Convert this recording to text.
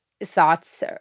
thoughts